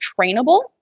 trainable